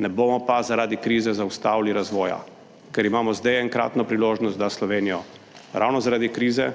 ne bomo pa zaradi krize zaustavili razvoja, ker imamo zdaj enkratno priložnost, da Slovenijo ravno zaradi krize